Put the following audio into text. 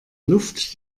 luft